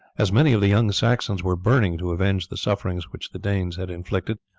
as many of the young saxons were burning to avenge the sufferings which the danes had inflicted,